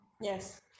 Yes